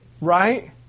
Right